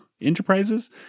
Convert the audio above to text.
Enterprises